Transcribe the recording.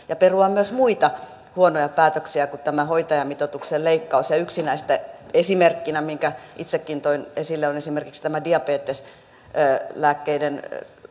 ja perua myös muita huonoja päätöksiä kuin tämän hoitajamitoituksen leikkauksen ja yksi näistä minkä itsekin toin esille on esimerkiksi tämä diabeteslääkkeiden